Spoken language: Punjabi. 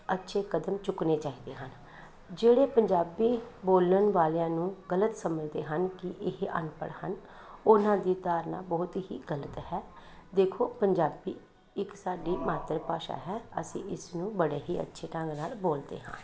ਅੱਛੇ ਕਦਮ ਚੁੱਕਣੇ ਚਾਹੀਦੇ ਹਨ ਜਿਹੜੇ ਪੰਜਾਬੀ ਬੋਲਣ ਵਾਲਿਆਂ ਨੂੰ ਗਲਤ ਸਮਝਦੇ ਹਨ ਕਿ ਇਹ ਅਨਪੜ੍ਹ ਹਨ ਉਹਨਾਂ ਦੀ ਧਾਰਨਾ ਬਹੁਤ ਹੀ ਗਲਤ ਹੈ ਦੇਖੋ ਪੰਜਾਬੀ ਇੱਕ ਸਾਡੀ ਮਾਤਰ ਭਾਸ਼ਾ ਹੈ ਅਸੀਂ ਵੀ ਇਸਨੂੰ ਬੜੇ ਹੀ ਅੱਛੇ ਢੰਗ ਨਾਲ ਬੋਲਦੇ ਹਾਂ